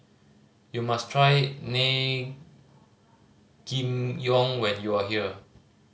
you must try when you are here